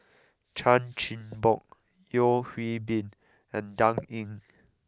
Chan Chin Bock Yeo Hwee Bin and Dan Ying